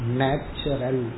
natural